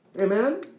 Amen